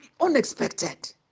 unexpected